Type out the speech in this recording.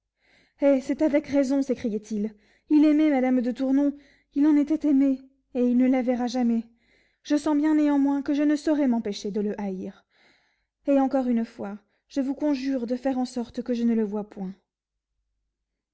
et c'est avec raison s'écriait-il il aimait madame de tournon il en était aimé et il ne la verra jamais je sens bien néanmoins que je ne saurais m'empêcher de le haïr et encore une fois je vous conjure de faire en sorte que je ne le voie point